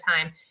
time